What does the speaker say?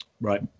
right